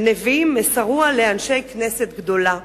ונביאים מסרוה לאנשי כנסת הגדולה".